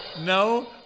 No